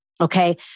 Okay